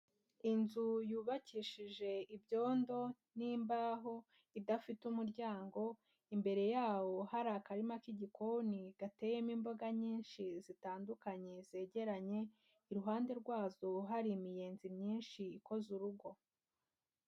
Inzu yubakishije ibyondo n'imbaho, idafite umuryango, imbere yaho hari akarima k'igikoni gateyemo imboga nyinshi zitandukanye zegeranye, iruhande rwazo hari imiyenzi myinshi ikoze urugo.